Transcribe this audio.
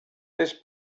this